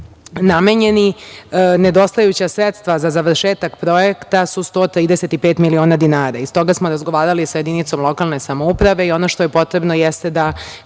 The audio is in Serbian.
namenjeni, nedostajuća sredstva za završetak projekta su 135 miliona dinara. Stoga smo razgovarali sa jedinicom lokalne samouprave i ono što je potrebno jeste da